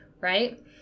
Right